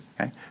okay